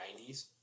90s